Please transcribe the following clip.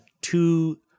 two